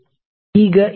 ಈಗ ಏನಾಗುತ್ತದೆ